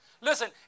Listen